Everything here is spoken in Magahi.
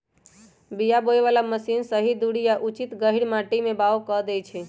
बीया बोय बला मशीन सही दूरी आ उचित गहीर माटी में बाओ कऽ देए छै